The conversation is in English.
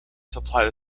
supplied